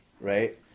right